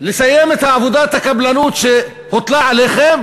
לסיים את עבודת הקבלנות שהוטלה עליכם,